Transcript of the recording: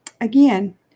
again